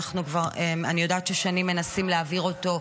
שאני יודעת ששנים מנסים להעביר אותו.